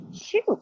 shoot